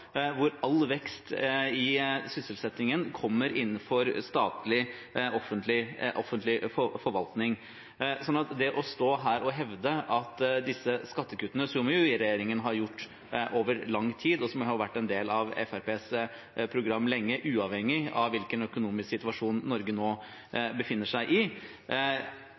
hvor all vekst i sysselsettingen kommer innenfor statlig/offentlig forvaltning. Til det å stå her og hevde at disse skattekuttene – som jo regjeringen har gjort over lang tid, og som har vært en del av Fremskrittspartiets program lenge, uavhengig av hvilken økonomisk situasjon Norge befinner seg i